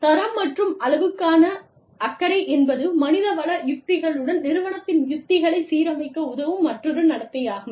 தரம் மற்றும் அளவுக்கான அக்கறை என்பது மனிதவள உத்திகளுடன் நிறுவனத்தின் உத்திகளைச் சீரமைக்க உதவும் மற்றொரு நடத்தையாகும்